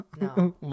No